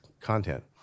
content